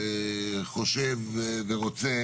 אני חושב ורוצה